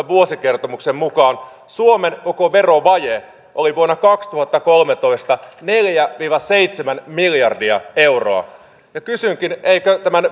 vuosikertomuksen mukaan suomen koko verovaje vuonna kaksituhattakolmetoista oli neljä viiva seitsemän miljardia euroa kysynkin eikö tämän